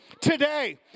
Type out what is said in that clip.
today